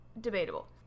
debatable